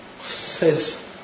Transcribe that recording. says